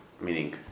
Meaning